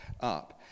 up